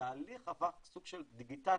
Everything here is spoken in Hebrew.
התהליך עבר סוג של דיגיטציה,